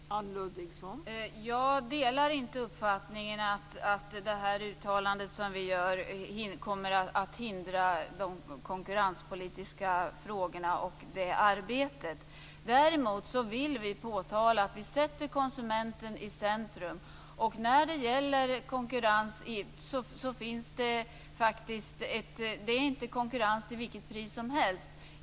Fru talman! Jag delar inte uppfattningen att det här uttalandet som vi gör kommer att bli ett hinder för de konkurrenspolitiska frågorna och det arbetet. Däremot vill vi påtala att vi sätter konsumenten i centrum. När det gäller konkurrens handlar det faktiskt inte om konkurrens till vilket pris som helst.